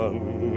One